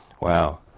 Wow